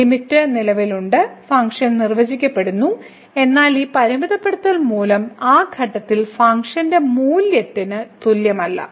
limit നിലവിലുണ്ട് function നിർവചിക്കപ്പെടുന്നു എന്നാൽ ഈ പരിമിതപ്പെടുത്തൽ മൂല്യം ആ ഘട്ടത്തിലെ ഫംഗ്ഷന്റെ മൂല്യത്തിന് തുല്യമല്ല